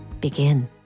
begin